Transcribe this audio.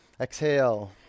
Exhale